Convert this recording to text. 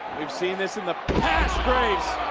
we've seen this in the past graves,